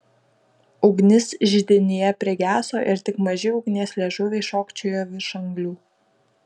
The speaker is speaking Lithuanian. ugnis židinyje prigeso ir tik maži ugnies liežuviai šokčiojo virš anglių